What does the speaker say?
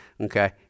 okay